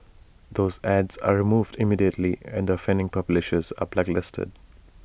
those ads are removed immediately and the offending publishers are blacklisted